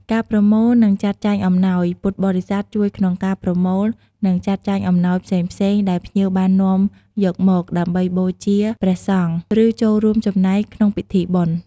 ការណែនាំពីប្រពៃណីវប្បធម៌ ចំពោះភ្ញៀវបរទេស ពួកគាត់អាចជួយណែនាំពីទំនៀមទម្លាប់ និងប្រពៃណីវប្បធម៌ខ្មែរទាក់ទងនឹងព្រះពុទ្ធសាសនា។